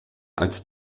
als